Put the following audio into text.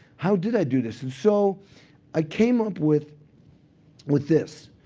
how did i do this? and so i came up with with this.